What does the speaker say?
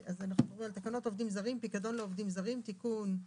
תקנות עובדים זרים (פיקדון לעובדים זרים)(תיקון),